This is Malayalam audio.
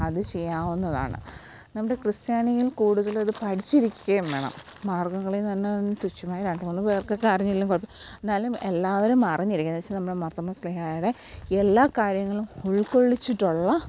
അത് ചെയ്യാവുന്നതാണ് നമ്മുടെ ക്രിസ്ത്യാനികൾ കൂടുതലും അത് പഠിച്ചിരിക്കുകയും വേണം മാർഗംകളി തന്നെ തുച്ഛമായ രണ്ട് മൂന്ന് പേർക്കൊക്കെ അറിഞ്ഞില്ലെങ്കിലും കുഴപ്പമില്ല എന്നാലും എല്ലാവരും അറിഞ്ഞിരിക്കണം എന്നുവെച്ചാൽ നമ്മുടെ മാർത്തോമ്മ സ്ലീഹായുടെ എല്ലാ കാര്യങ്ങളും ഉൾക്കൊള്ളിച്ചിട്ടുള്ള